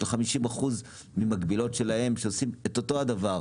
חמישים אחוז ממקבילות שלהן שעושות את אותו דבר.